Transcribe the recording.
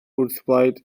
wrthblaid